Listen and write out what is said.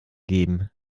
geben